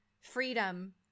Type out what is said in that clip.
freedom